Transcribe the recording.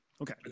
Okay